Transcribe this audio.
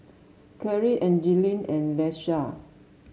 Kyrie Angeline and Leisha